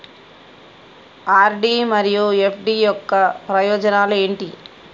RD మరియు FD యొక్క ప్రయోజనాలు ఏంటి?